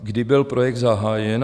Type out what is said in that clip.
Kdy byl projekt zahájen?